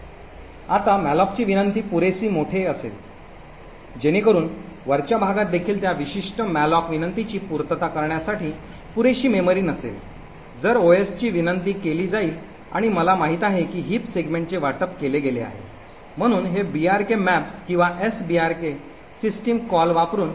आता मॅलोकची विनंती पुरेसी मोठे असेल जेणेकरून वरच्या भागात देखील त्या विशिष्ट मॅलोक विनंतीची पूर्तता करण्यासाठी पुरेशी मेमरी नसेल तर ओएसची विनंती केली जाईल आणि मला माहित आहे की हिप सेगमेंटचे वाटप केले गेले आहे म्हणून हे brk maps किंवा sbrk सिस्टम कॉल वापरुन केले जाते